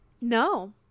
no